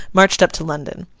marched up to london.